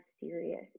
serious